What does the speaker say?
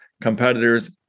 competitors